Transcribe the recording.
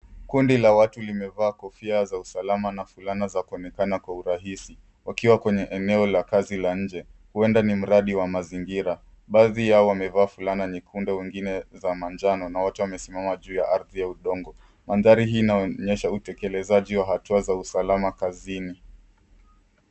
Kundi la watu limevaa kofia za usalama na fulana za kuonekana kwa urahisi wakiwa kwenye eneo la kazi la nje. Huenda ni muradi wa mazingira. Baadhi yao wamevaa fulana nyekundu na wengine za manjano na wote wamesimama juu ya ardhi ya udongo. Mandhari hii inaonyesha utekelezaji wa hatua za usalama kazini.